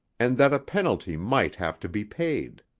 and that a penalty might have to be paid.